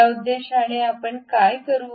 त्या उद्देशाने आपण काय करू